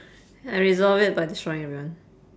I resolve it by destroying everyone